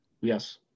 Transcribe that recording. yes